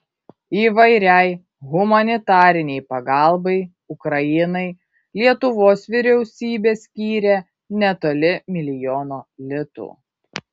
įvairiai humanitarinei pagalbai ukrainai lietuvos vyriausybė skyrė netoli milijono litų